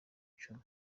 icumi